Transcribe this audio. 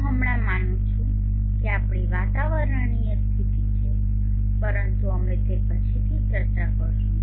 હું હમણાં માનું છું કે આપણી વાતાવરણીય સ્થિતિ છે પરંતુ અમે તે પછીથી ચર્ચા કરીશું